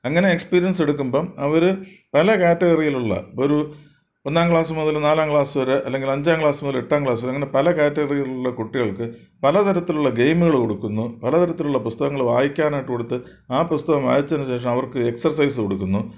അങ്ങനെ എക്സ്പീരിയൻസ് എടുക്കുമ്പം അവർ പല ക്യാറ്റഗറിയിലുള്ള ഒരു ഒന്നാം ക്ലാസ് മുതൽ നാലാം ക്ലാസ് വരെ അല്ലെങ്കിൽ അഞ്ചാം ക്ലാസ് മുതൽ എട്ടാം ക്ലാസു വരെ അങ്ങനെ പല ക്യാറ്റഗറിയിലുള്ള കുട്ടികൾക്കു പല തരത്തിലുള്ള ഗെയിമുകൾ കൊടുക്കുന്നു പല തരത്തിലുള്ള പുസ്തകങ്ങൾ വായിക്കാനായിട്ടു കൊടുത്ത് ആ പുസ്തകം വായിച്ചതിനു ശേഷം അവർക്ക് എക്സർസൈസ് കൊടുക്കുന്നു